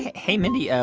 hey, mindy. ah